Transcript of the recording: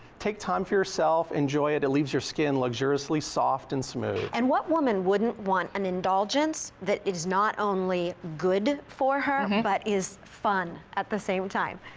take time for yourself, enjoy it. it leaves your skin luxuriously soft and smooth. and what woman wouldn't want an indulgence that is not only good for her, but is fun at the same time.